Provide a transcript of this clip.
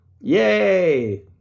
Yay